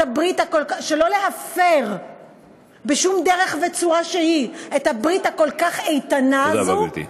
שלא להפר בשום דרך וצורה שהיא את הברית הכל-כך איתנה הזאת,